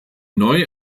neu